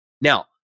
Now